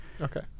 Okay